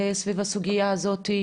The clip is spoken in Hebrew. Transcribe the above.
סביב הסוגייה הזאתי,